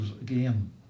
again